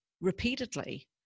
repeatedly